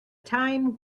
time